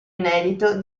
inedito